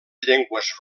llengües